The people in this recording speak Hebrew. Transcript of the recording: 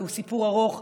כי הוא סיפור ארוך,